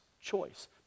choice